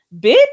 Bitch